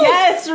Yes